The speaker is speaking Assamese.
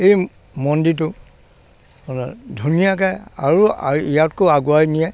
এই মন্দিৰটো ধুনীয়াকৈ আৰু আ ইয়াতকৈও আগুৱাই নিয়ে